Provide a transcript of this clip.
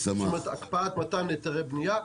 הקפאת מתן היתרי בניה,